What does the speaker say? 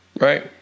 Right